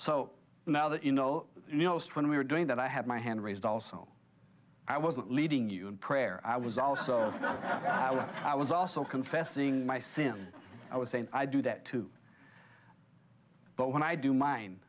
so now that you know when we were doing that i had my hand raised also i wasn't leading you in prayer i was also i was also confessing my sin i was saying i do that too but when i do mine